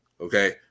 okay